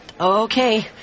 okay